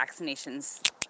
vaccinations